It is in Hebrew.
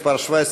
מס' 17,